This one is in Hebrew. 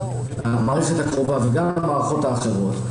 במערכת הקרובה וגם במערכות האחרות,